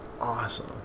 awesome